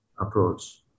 approach